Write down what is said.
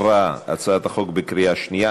הצעת החוק עברה בקריאה שנייה.